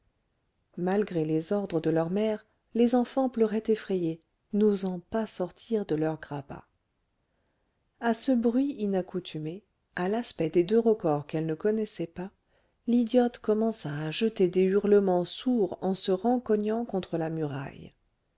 malgré les ordres de leur mère les enfants pleuraient effrayés n'osant pas sortir de leur grabat à ce bruit inaccoutumé à l'aspect des deux recors qu'elle ne connaissait pas l'idiote commença à jeter des hurlements sourds en se rencognant contre la muraille